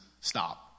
Stop